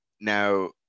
Now